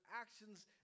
actions